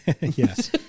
Yes